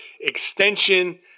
extension